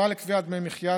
נוהל לקביעת דמי מחיה.